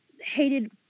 hated